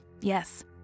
Yes